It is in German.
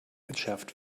entschärft